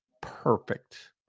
Perfect